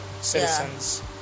citizens